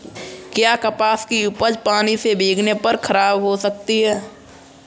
क्या कपास की उपज पानी से भीगने पर खराब हो सकती है?